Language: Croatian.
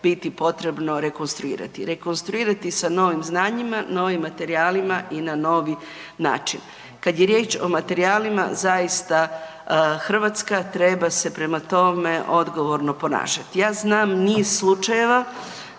biti potrebno rekonstruirati. Rekonstruirati sa novim znanjima, novim materijalima i na novi način. Kad je riječ o materijala zaista Hrvatska treba se prema tome odgovorno ponašati. Ja znam niz slučajeva